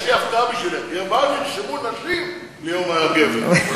יש לי הפתעה בשבילך, נרשמו נשים ליום הגבר.